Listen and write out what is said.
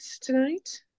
tonight